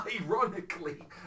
ironically